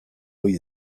ohi